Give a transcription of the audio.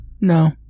No